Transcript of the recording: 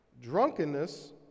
drunkenness